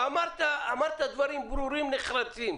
אמרת דברים ברורים ונחרצים.